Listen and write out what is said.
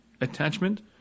attachment